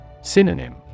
Synonym